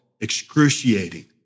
excruciating